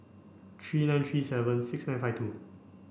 three nine three seven six nine five two